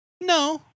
No